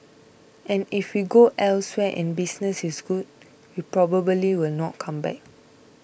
and if we go elsewhere and business is good we probably will not come back